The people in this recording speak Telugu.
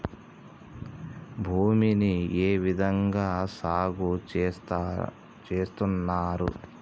భూమిని ఏ విధంగా సాగు చేస్తున్నారు?